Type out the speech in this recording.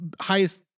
highest